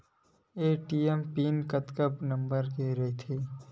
ATM PIN कतका number के रही थे?